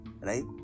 right